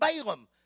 Balaam